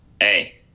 Hey